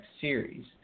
series